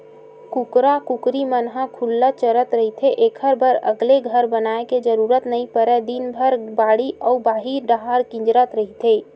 कुकरा कुकरी मन ह खुल्ला चरत रहिथे एखर बर अलगे घर बनाए के जरूरत नइ परय दिनभर घर, बाड़ी अउ बाहिर डाहर किंजरत रहिथे